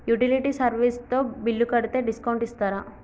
Utility service తో bill కడితే discount ఇస్తరా?